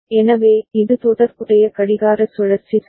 எனவே இது தொடர்புடைய கடிகார சுழற்சி சரி